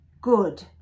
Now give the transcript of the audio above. good